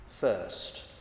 first